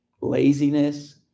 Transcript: laziness